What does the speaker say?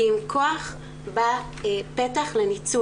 כי עם כוח בא פתח לניצול.